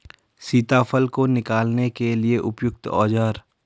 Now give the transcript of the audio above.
सीताफल को निकालने के लिए उपयुक्त औज़ार?